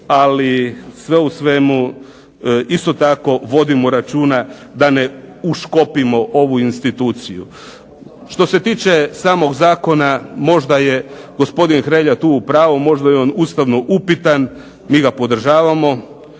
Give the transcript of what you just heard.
ali sve u svemu isto tako vodimo računa da ne uškopimo ovu instituciju. Što se tiče samog zakona, možda je gospodin Hrelja tu u pravu, možda je on ustavno upitan. Mi ga podržavamo.